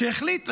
שהחליט,